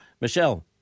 Michelle